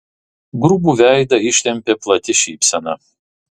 grubų veidą ištempė plati šypsena